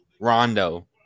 Rondo